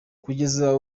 kugeza